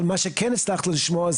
מה שכן הצלחנו לשמוע,